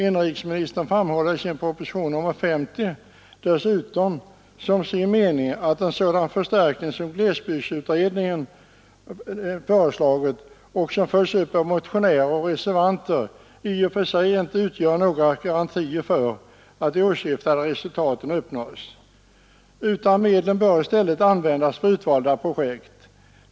Inrikesministern framhåller dessutom i proposition nr 50 som sin mening att en sådan förstärkning som glesbygdsutredningen föreslagit och som följs upp av motionärer och reservanter i och för sig inte utgör några garantier för att de åsyftade resultaten uppnås. Medlen bör i stället användas för utvalda projekt.